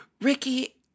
Ricky